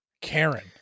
Karen